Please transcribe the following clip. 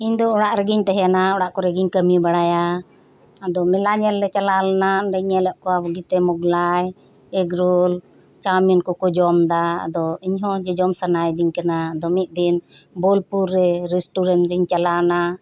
ᱤᱧ ᱫᱚ ᱚᱲᱟᱜ ᱨᱮᱜᱮᱧ ᱛᱟᱦᱮᱱᱟ ᱚᱲᱟᱜ ᱠᱚᱨᱮᱜᱮᱧ ᱠᱟᱹᱢᱤ ᱵᱟᱲᱟᱭᱟ ᱟᱫᱚ ᱢᱮᱞᱟ ᱧᱮᱞ ᱞᱮ ᱪᱟᱞᱟᱣ ᱞᱮᱱᱟ ᱚᱰᱮᱧ ᱧᱮᱞ ᱮᱫ ᱠᱚᱣᱟ ᱵᱳᱜᱤᱛᱮ ᱢᱳᱜᱽᱞᱟᱭ ᱮᱜᱽᱨᱳᱞ ᱪᱟᱣᱢᱤᱱ ᱠᱚ ᱠᱚ ᱡᱚᱢ ᱮᱫᱟ ᱟᱫᱚ ᱤᱧ ᱦᱚᱸ ᱡᱚᱡᱚᱢ ᱥᱟᱱᱟᱭᱮᱫᱤᱧ ᱠᱟᱱᱟ ᱟᱫᱚ ᱢᱤᱫ ᱫᱤᱱ ᱵᱳᱞᱯᱩᱨ ᱨᱮ ᱨᱮᱥᱴᱩᱨᱮᱱᱴ ᱨᱮᱧ ᱪᱟᱞᱟᱣ ᱮᱱᱟ